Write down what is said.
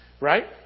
right